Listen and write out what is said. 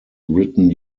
written